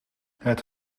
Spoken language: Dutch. het